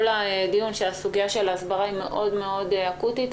הדיון שסוגיית ההסברה היא מאוד מאוד אקוטית.